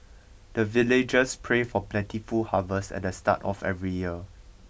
the villagers pray for plentiful harvest at the start of every year